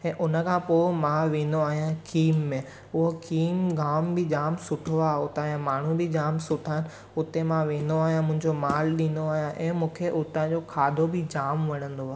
ऐं उन खां पोइ मां वेंदो आहियां कीम में उहो कीम गांव बि जामु सुठो आहे उतां जा माण्हू बि जामु सुठा आहिनि उते मां वेंदो आहियां मुंहिंजो मालु ॾींदो आहियां ऐं मूंखे उतांजो खाधो बि जामु वणंदो आहे